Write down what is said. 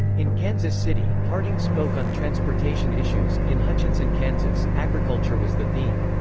in kansas city, harding spoke on transportation issues in hutchinson, kansas, agriculture was the theme.